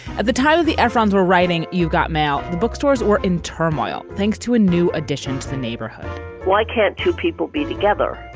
at the time, the afghans were writing, you've got mail. the bookstores were in turmoil, thanks to a new addition to the neighborhood why can't two people be together?